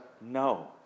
No